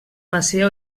masia